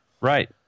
Right